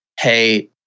Hey